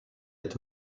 est